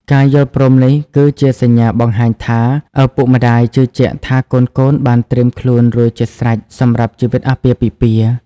ការយល់ព្រមនេះគឺជាសញ្ញាបង្ហាញថា ឪពុកម្ដាយជឿជាក់ថាកូនៗបានត្រៀមខ្លួនរួចជាស្រេចសម្រាប់ជីវិតអាពាហ៍ពិពាហ៍។